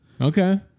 Okay